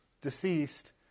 deceased